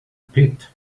pit